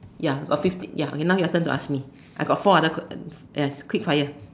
ya got fifteen ya now your turn to ask me I got four other que~ yes quick fire